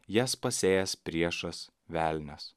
jas pasėjęs priešas velnias